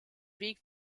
weg